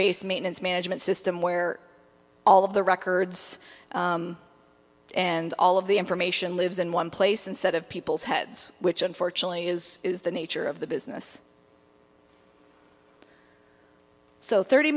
based maintenance management system where all of the records and all of the information lives in one place instead of people's heads which unfortunately is the nature of the business so thirty